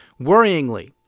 Worryingly